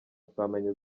twamenya